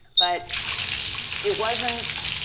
but it wasn't